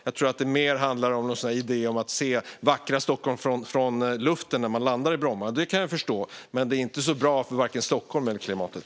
Jag tror att det mer handlar om någon idé om att se det vackra Stockholm från luften innan man landar i Bromma. Det kan jag förstå, men det är inte så bra för vare sig Stockholm eller klimatet.